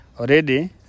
already